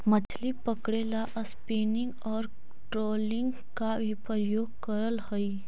मछली पकड़े ला स्पिनिंग और ट्रोलिंग का भी प्रयोग करल हई